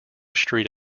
street